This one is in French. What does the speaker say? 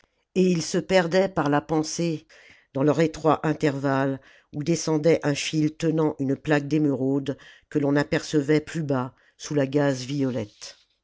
et il se perdait par la pensée dans leur étroit intervalle oii descendait un fil tenant une plaque d'émeraudes que ton apercevait plus bas sous la gaze violette